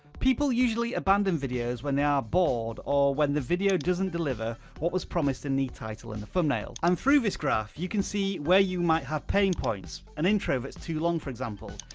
people usually abandon videos when they are bored, or when the video doesn't deliver what was promised in the title in the thumbnail. and um through this graph, you can see where you might have pain points. an intro of it's too long for example.